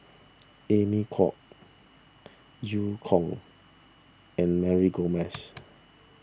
Amy Khor Eu Kong and Mary Gomes